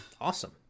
awesome